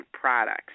products